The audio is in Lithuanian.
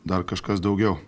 dar kažkas daugiau